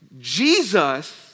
Jesus